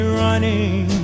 running